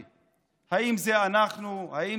מהמובילים,